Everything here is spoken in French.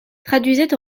traduisait